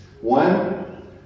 One